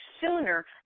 sooner